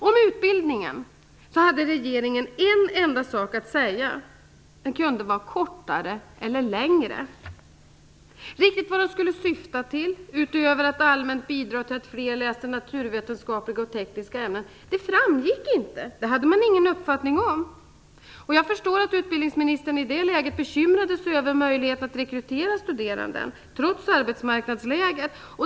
Om utbildningen hade regeringen en enda sak att säga - den kunde vara kortare eller längre. Riktigt vad den skulle syfta till, utöver att allmänt bidra till att fler läser naturvetenskapliga och tekniska ämnen, framgick inte. Det hade man ingen uppfattning om. Jag förstår att utbildningsministern i det läget bekymrade sig över möjligheten att rekrytera studerande, trots arbetsmarknadsläget.